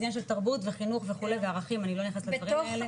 זה עניין של תרבות וחינוך וכו' וערכים אני לא נכנסת לדברים האלה.